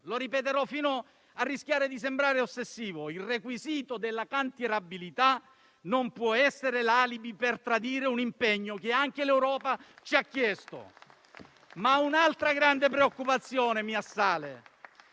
Lo ripeterò fino a rischiare di sembrare ossessivo: il requisito della cantierabilità non può essere l'alibi per tradire un impegno che anche l'Europa ci ha chiesto. Un'altra grande preoccupazione mi assale: